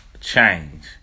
change